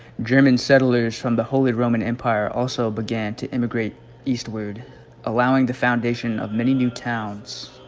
german settlers from the holy roman empire also began to immigrate eastward allowing the foundation of many new towns